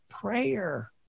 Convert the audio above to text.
prayer